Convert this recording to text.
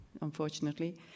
unfortunately